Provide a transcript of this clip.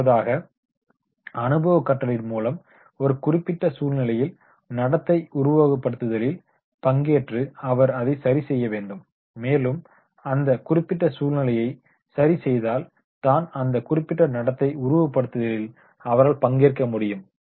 இரண்டாவதாக அனுபவ கற்றலின் மூலம் ஒரு குறிப்பிட்ட சூழ்நிலையில் நடத்தை உருவகப்படுத்துதலில் பங்கேற்று அவர் அதை சரி செய்ய வேண்டும் மேலும் அந்த குறிப்பிட்ட சூழ்நிலையை சரி செய்தால் தான் அந்த குறிப்பிட்ட நடத்தை உருவ படுத்துதலில் அவரால் பங்கேற்க முடியும்